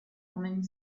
humming